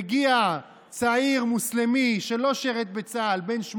מגיע לאוניברסיטה צעיר מוסלמי בן 18 שלא שירת בצה"ל,